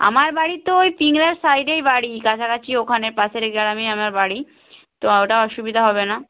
আমার বাড়ি তো ওই পিংলার সাইডেই বাড়ি কাছাকাছি ওখানে পাশের গ্রামে আমার বাড়ি তো ওটা অসুবিধা হবে না